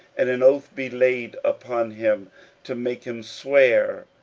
and an oath be laid upon him to make him swear,